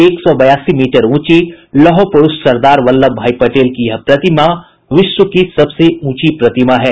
एक सौ बयासी मीटर ऊंची लौह पुरुष सरदार वल्लभ भाई पटेल की यह प्रतिमा विश्व की सबसे ऊंची प्रतिमा है